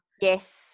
yes